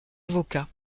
avocat